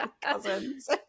cousins